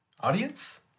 Audience